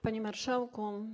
Panie Marszałku!